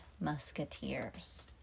musketeers